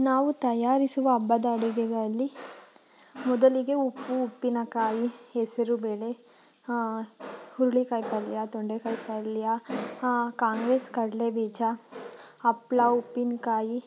ನಾವು ತಯಾರಿಸುವ ಹಬ್ಬದ ಅಡುಗೆಗಳಲ್ಲಿ ಮೊದಲಿಗೆ ಉಪ್ಪು ಉಪ್ಪಿನಕಾಯಿ ಹೆಸರುಬೇಳೆ ಹುರ್ಳಿಕಾಯಿ ಪಲ್ಯ ತೊಂಡೆಕಾಯಿ ಪಲ್ಯ ಕಾಂಗ್ರೆಸ್ ಕಡಲೆಬೀಜ ಹಪ್ಪಳ ಉಪ್ಪಿನಕಾಯಿ